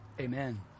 Amen